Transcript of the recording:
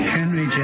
Henry